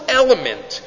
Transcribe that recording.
element